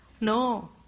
No